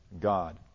God